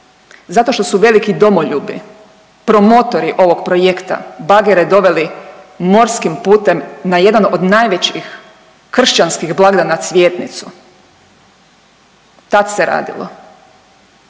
Zato što su veliki domoljubi promotori ovog projekta bagere doveli morskim putem na jedan od najvećih kršćanskih blagdana Cvjetnicu, tad se radilo.